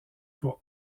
pour